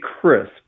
crisp